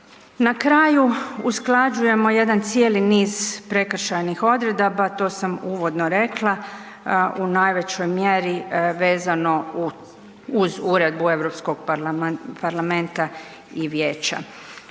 Na kraju, usklađujemo jedan cijeli niz prekršajnih odredaba, to sam uvodno rekla, u najvećoj mjeri vezano uz Uredbu EU parlamenta i vijeća.